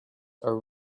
are